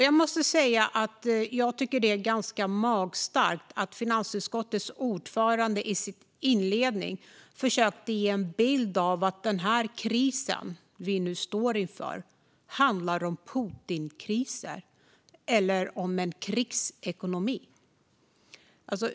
Jag måste säga att jag tycker att det var ganska magstarkt att finansutskottets ordförande i sin inledning försökte ge en bild av att den kris vi nu står inför handlar om Putinpriser eller om en krigsekonomi.